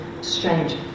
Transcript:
strange